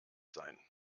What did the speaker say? sein